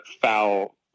foul